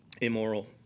immoral